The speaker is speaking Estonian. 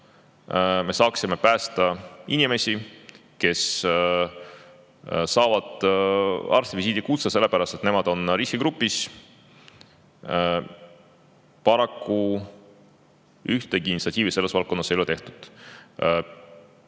me saaksime päästa inimesi, kes saavad arstivisiidi kutse selle pärast, et nad on riskigrupis. Paraku ühtegi initsiatiivi selles valdkonnas ei ole tehtud.